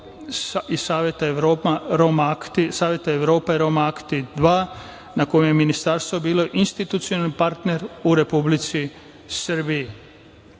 i Saveta Evrope i „Romaaktid 2“ na kojem je ministarstvo bilo institucionalni partner u Republici Srbiji. Što